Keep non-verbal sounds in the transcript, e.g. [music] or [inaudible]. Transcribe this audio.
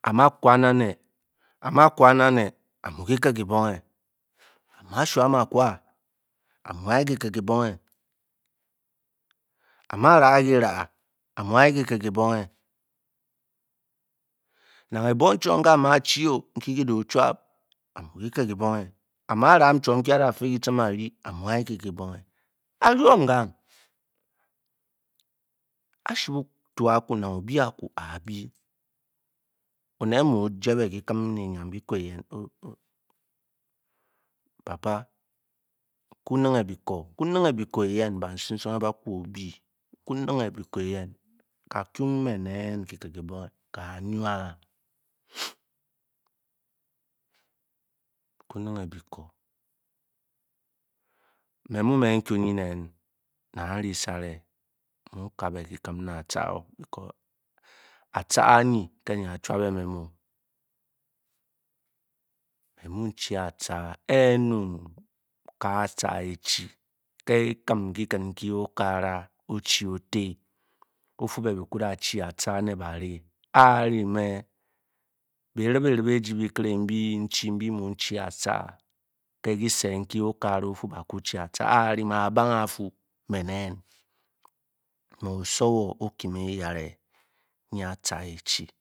Ama kwan ane amu ke ped kebung eh ama shunge akwa a muange ke ked bo yenk am rangk kera a migo tu ted ke bung eh [hesitation] na ebung chom nga ram chio nke geleo tuabi amu keked kepung eh ama lamb chum nke a di amu aye ke ked kebonge [hesitation] papa ku neng be ku yen ba sisang ba keyor bu aku ng meh nen ke ked kebonye eh kawah [hesitation] tua neng becore me mu me kuyen eh na nrisale nkan are kebi be tur atah oh because atar mye [hesitation] me mu chi atah ke nung le atar echi ke kem nke okagara ochi ofe ofu be be kura chi arah le bale are me be the me osoiuor okim me ayare nye attar echi